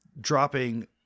dropping